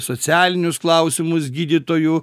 socialinius klausimus gydytojų